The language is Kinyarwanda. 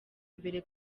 mbere